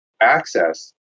access